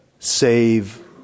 Save